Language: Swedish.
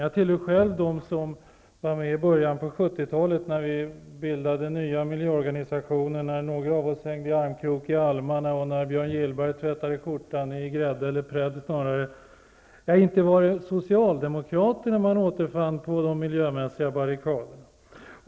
Jag tillhör själv dem som var med i början på 70-talet när vi bildade nya miljöorganisationer, gick i armkrok och när Björn Gillberg tvättade skjortan i Prädd. Inte var det socialdemokrater man då återfann på de miljömässiga barrikaderna.